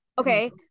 Okay